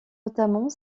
notamment